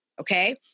okay